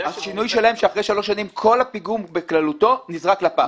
השינוי שלהם פירושו שאחרי שלוש שנים כל הפיגום בכללותו נזרק לפח.